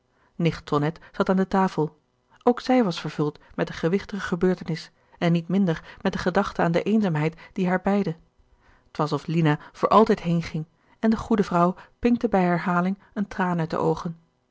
nicht tonnette zat aan de tafel ook zij was vervuld met de gewichtige gebeurtenis en niet minder met de gedachte aan de eenzaamheid die haar beidde t was of lina voor altijd heenging en de goede vrouw pinkte bij herhaling een